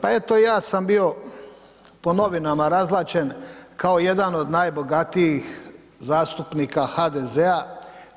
Pa eto, ja sam bio po novinama razvlačen kao jedan od najbogatijih zastupnika HDZ-a